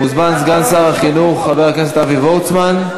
מוזמן סגן שר החינוך, חבר הכנסת אבי וורצמן.